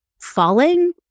falling